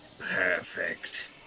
Perfect